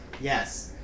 Yes